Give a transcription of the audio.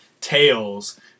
tails